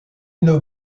une